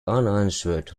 unanswered